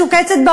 משוקצת,